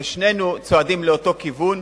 ושנינו צועדים לאותו כיוון,